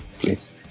Please